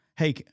hey